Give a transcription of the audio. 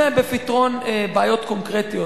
זה בפתרון בעיות קונקרטיות.